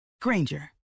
Granger